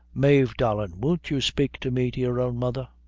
mave, darlin', won't you spake to me, to your own mother?